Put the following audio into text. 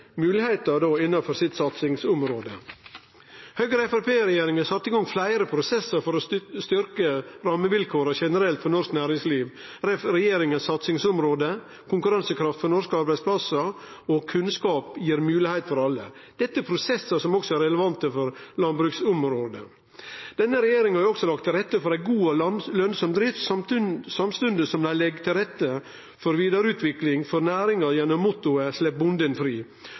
muligheter til alle». Dette er prosessar som òg er relevante for landbruksområdet. Denne regjeringa har òg lagt til rette for ei god og lønsam drift samstundes som dei legg til rette for vidareutvikling for næringa gjennom